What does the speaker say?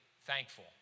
thankful